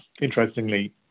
interestingly